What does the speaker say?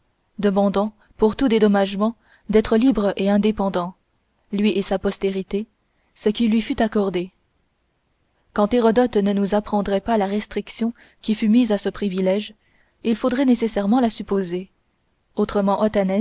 demandant pour tout dédommagement d'être libre et indépendant lui et sa postérité ce qui lui fut accordé quand hérodote ne nous apprendrait pas la restriction qui fut mise à ce privilège il faudrait nécessairement la supposer autrement